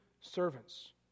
servants